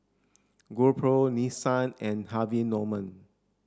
GoPro Nissin and Harvey Norman